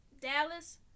Dallas